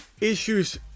issues